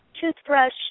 toothbrush